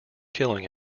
killing